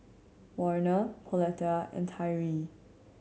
Warner Pauletta and Tyree